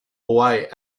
way